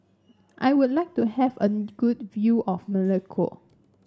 I would like to have a good view of Melekeok